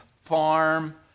farm